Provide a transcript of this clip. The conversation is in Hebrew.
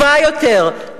טובה יותר,